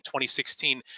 2016